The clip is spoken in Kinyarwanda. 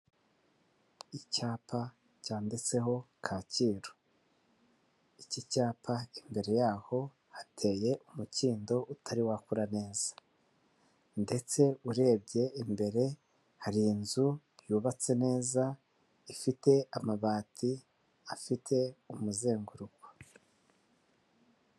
Icyapa cyanditseho Kacyiru, iki icyapa imbere yaho hateye umukindo utari wakura neza ndetse urebye imbere hari inzu yubatse neza ifite amabati afite umuzenguruko.